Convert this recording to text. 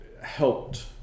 helped